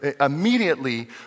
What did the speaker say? Immediately